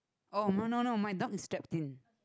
oh no no no my dog is strapped in